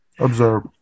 Observe